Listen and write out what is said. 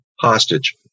hostage